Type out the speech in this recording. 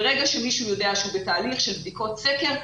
ברגע שמישהו יודע שהוא בתהליך של בדיקות סקר,